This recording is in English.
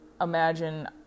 imagine